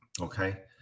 Okay